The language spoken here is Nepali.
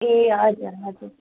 ए हजुर हजुर